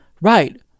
Right